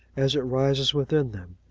as it rises within them,